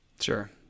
Sure